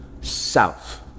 south